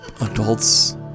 adults